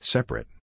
Separate